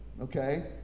Okay